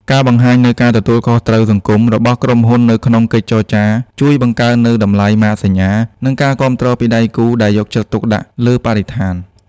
ការបង្ហាញនូវ "ការទទួលខុសត្រូវសង្គម" របស់ក្រុមហ៊ុននៅក្នុងកិច្ចចរចា ជួយបង្កើននូវតម្លៃម៉ាកសញ្ញា និងការគាំទ្រពីដៃគូដែលយកចិត្តទុកដាក់លើបរិស្ថាន។